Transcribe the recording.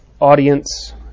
audience